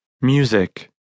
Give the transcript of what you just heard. Music